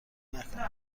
نکنید